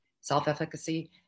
Self-efficacy